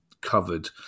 covered